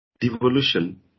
devolution